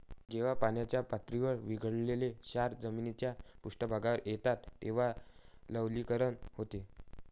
जेव्हा पाण्याच्या पातळीत विरघळलेले क्षार जमिनीच्या पृष्ठभागावर येतात तेव्हा लवणीकरण होते